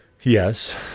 Yes